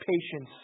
patience